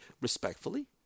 respectfully